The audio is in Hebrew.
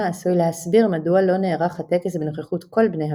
עשוי להסביר מדוע לא נערך הטקס בנוכחות כל בני המשפחה,